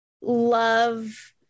love